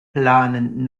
planen